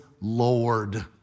Lord